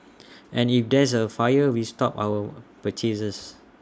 and if there's A fire we stop our purchases